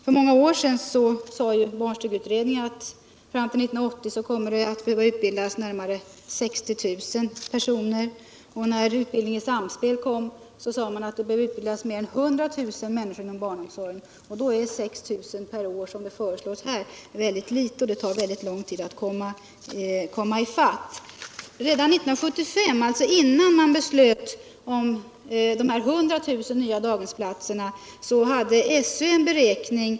För många år sedan sade barnstugeutredningen att det fram till 1980 skulle behöva utbildas närmare 60 000 personer. Utredningen Samspel, som kom senare, sade att det behövde utbildas mer än 100000 människor inom barnomsorgen. Mot den bakgrunden är 6 000 per år, som här föreslås, mycket litet; det tar då mycket lång tid att komma i fatt. Redan 1975. alltså innan man beslutade inrätta 100 000 nya daghemsplatser, visade SÖ:s beräkning.